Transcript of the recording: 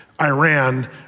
Iran